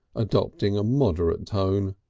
adopting a moderate tone.